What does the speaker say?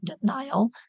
denial